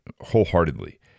wholeheartedly